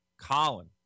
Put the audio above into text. Colin